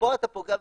ופה אתה פוגע במשק,